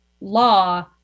law